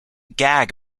gag